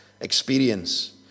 experience